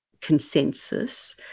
consensus